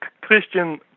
Christian